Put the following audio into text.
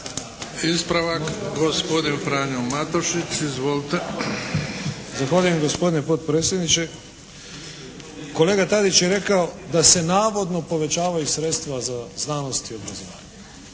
Ispravak, gospodin Frano Matušić. Izvolite. **Matušić, Frano (HDZ)** Zahvaljujem gospodine potpredsjedniče. Kolega Tadić je rekao da se navodno povećavaju sredstva za znanost i obrazovanje.